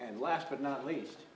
and last but not least